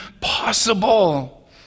possible